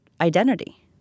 identity